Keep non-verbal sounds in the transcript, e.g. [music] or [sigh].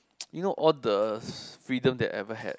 [noise] you know all the freedom they ever had